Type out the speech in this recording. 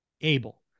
Able